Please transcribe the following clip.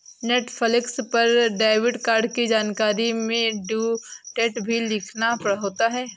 Netflix पर debit card की जानकारी में ड्यू डेट भी लिखना होता है